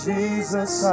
Jesus